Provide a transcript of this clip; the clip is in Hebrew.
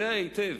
יודע היטב